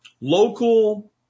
local